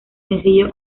sencillo